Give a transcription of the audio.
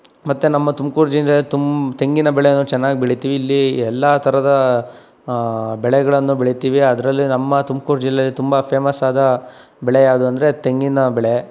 ಮತ್ತೆ ನಮ್ಮ ತುಮಕೂರು ಜಿಲ್ಲೆಯಲ್ಲಿ ತುಂ ತೆಂಗಿನ ಬೆಳೆ ನಾವು ಚೆನ್ನಾಗಿ ಬೆಳಿತೀವಿ ಇಲ್ಲಿ ಎಲ್ಲ ಥರದ ಬೆಳೆಗಳನ್ನೂ ಬೆಳಿತೀವಿ ಅದರಲ್ಲಿ ನಮ್ಮ ತುಮಕೂರು ಜಿಲ್ಲೆಯಲ್ಲಿ ತುಂಬ ಫೇಮಸ್ಸಾದ ಬೆಳೆ ಯಾವುದಂದ್ರೆ ತೆಂಗಿನ ಬೆಳೆ